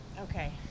Okay